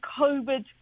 COVID